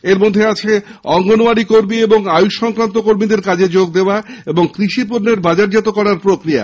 এর মধ্যে আছে অঙ্গনওয়াড়ি কর্মী ও আয়়ষ সংক্রান্ত কর্মীদের কাজে যোগ দেওয়া এবং কৃষিপণ্যের বা বাজারজাত করার প্রক্রিয়া